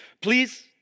please